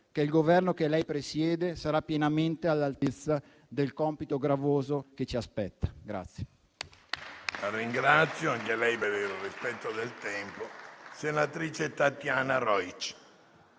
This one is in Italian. che il Governo che lei presiede sarà pienamente all'altezza del compito gravoso che ci aspetta.